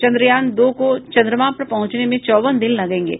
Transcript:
चन्द्रयान दो को चन्द्रमा पर पहुंचने में चौवन दिन लगेंगे